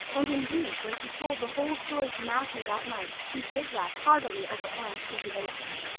and indeed, when she told the whole story to matthew that night, she did laugh heartily over anne's tribulations.